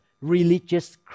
religious